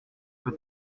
peu